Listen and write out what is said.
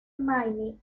maine